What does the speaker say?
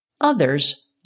Others